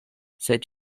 sed